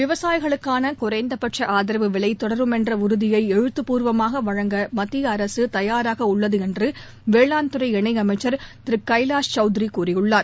விவசாயிகளுக்கான குறைந்தபட்ச ஆதரவு விலை தொடரும் என்ற உறுதியை எழுத்தப்பூர்வமாக வழங்க மத்திய அரசு தயாராக உள்ளது என்று வேளாண்துறை இணையமைச்சர் திரு கைவாஷ் சவுத்ரி கூறியுள்ளார்